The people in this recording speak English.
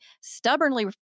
stubbornly